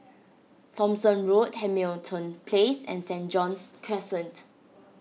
Thomson Road Hamilton Place and Saint John's Crescent